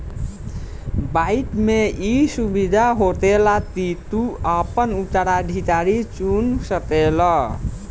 bike मे ई सुविधा होखेला की तू आपन उत्तराधिकारी चुन सकेल